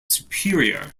superior